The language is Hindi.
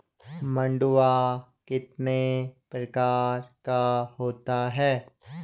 मंडुआ कितने प्रकार का होता है?